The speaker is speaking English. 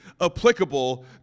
applicable